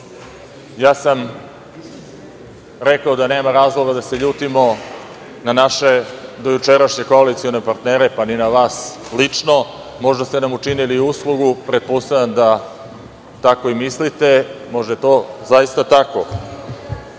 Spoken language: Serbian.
Rekao sam da nema razloga da se ljutimo na naše dojučerašnje koalicione partnere, pa ni na vas lično. Možda ste nam učinili uslugu. Pretpostavljam da tako i mislite. Možda je to zaista tako. Nemam